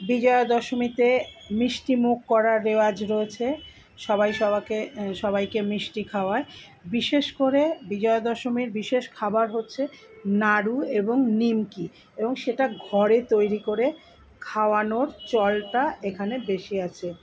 বিজয়া দশমীতে মিষ্টিমুখ করার রেওয়াজ রয়েছে সবাই সবাইকে সবাইকে মিষ্টি খাওয়ায় বিশেষ করে বিজয়া দশমীর বিশেষ খাবার হচ্ছে নাড়ু এবং নিমকি এবং সেটা ঘরে তৈরি করে খাওয়ানোর চলটা এখানে বেশি আছে